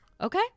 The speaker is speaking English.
Okay